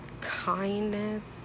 kindness